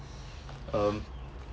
um